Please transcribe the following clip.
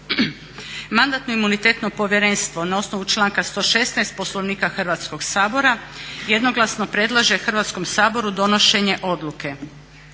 Mandatno-imunitetno povjerenstvo na osnovi članka 116. Poslovnika predlaže Hrvatskom saboru da donese odluku,